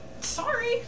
Sorry